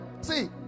See